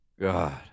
God